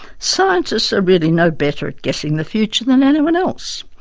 scientists are really no better at guessing the future than anyone else.